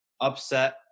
upset